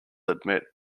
admit